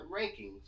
rankings